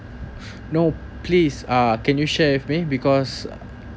no please uh can you share with me because